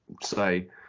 say